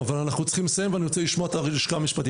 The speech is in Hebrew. אבל אנחנו צריכים לסיים ואני רוצה לשמוע את הלשכה המשפטית,